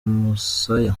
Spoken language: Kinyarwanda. musaya